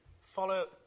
follow